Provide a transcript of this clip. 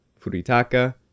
Furitaka